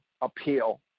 appeal